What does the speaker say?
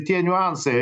tie niuansai